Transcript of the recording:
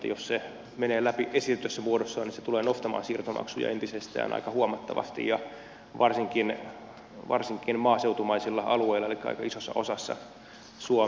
jos se menee läpi esitetyssä muodossaan niin se tulee nostamaan siirtomaksuja entisestään aika huomattavasti ja varsinkin maaseutumaisilla alueilla elikkä aika isossa osassa suomea